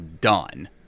done